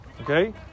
Okay